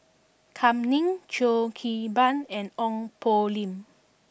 Kam Ning Cheo Kim Ban and Ong Poh Lim